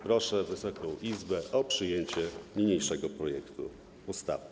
Proszę Wysoką Izbę o przyjęcie niniejszego projektu ustawy.